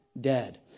dead